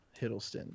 Hiddleston